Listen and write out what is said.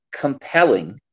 compelling